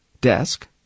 desk